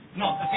No